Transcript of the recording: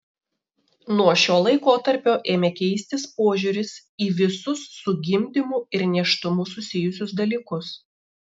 nuo šio laikotarpio ėmė keistis požiūris į visus su gimdymu ir nėštumu susijusius dalykus